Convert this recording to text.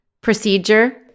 procedure